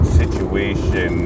situation